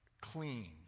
clean